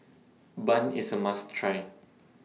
Bun IS A must Try